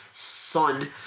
son